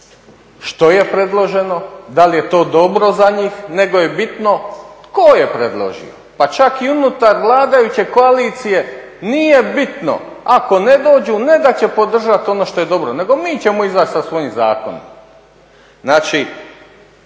što je predloženo, da li je to dobro za njih nego je bitno tko je predložio pa čak i unutar vladajuće koalicije nije bitno ako ne dođu, ne da će podržati ono što je dobro nego mi ćemo izaći sa svojim zakonom. Znači,